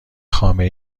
خامه